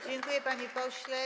Dziękuję, panie pośle.